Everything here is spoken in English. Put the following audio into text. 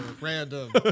Random